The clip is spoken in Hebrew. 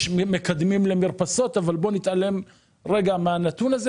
יש מקדמים למרפסות, אבל בואו נתעלם מהנתון הזה